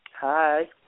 hi